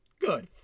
Good